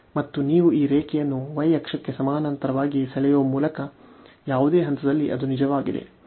ಮತ್ತು ನೀವು ಈ ರೇಖೆಯನ್ನು y ಅಕ್ಷಕ್ಕೆ ಸಮಾನಾಂತರವಾಗಿ ಸೆಳೆಯುವ ಯಾವುದೇ ಹಂತದಲ್ಲಿ ಅದು ನಿಜವಾಗಿದೆ